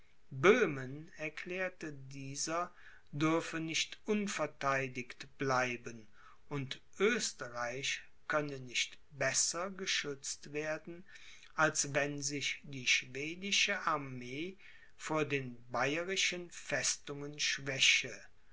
böhmen erklärte dieser dürfe nicht unvertheidigt bleiben und oesterreich könne nicht besser geschützt werden als wenn sich die schwedische armee vor den bayerischen festungen schwäche